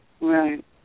Right